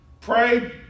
pray